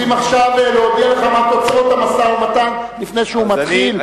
רוצים עכשיו להודיע לך מה תוצאות המשא-ומתן לפני שהוא מתחיל.